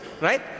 right